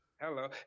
Hello